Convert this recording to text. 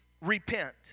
repent